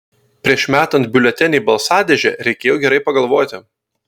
prieš metant biuletenį į balsadėžę reikėjo gerai pagalvoti